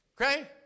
okay